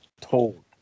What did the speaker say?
told